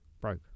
broke